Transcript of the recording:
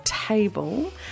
table